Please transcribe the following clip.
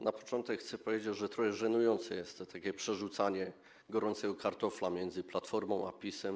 Na początek chcę powiedzieć, że żenujące jest takie przerzucanie gorącego kartofla między Platformą a PiS-em.